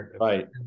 right